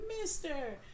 Mister